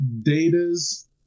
data's